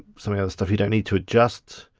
so and stuff you don't need to adjust.